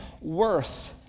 worth